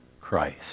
Christ